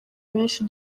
benshi